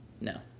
No